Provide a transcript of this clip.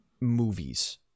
movies